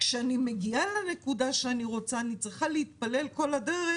כשאני מגיעה לנקודה שאני רוצה אני צריכה להתפלל כל הדרך